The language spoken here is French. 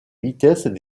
vitesse